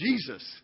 Jesus